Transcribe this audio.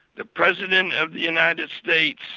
the president of the united states,